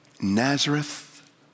Nazareth